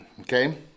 okay